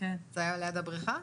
זה היה ליד הבריכה?